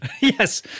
Yes